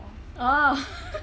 oh